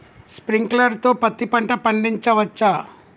Sprinkler తో పత్తి పంట పండించవచ్చా?